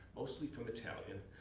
mostly from italian,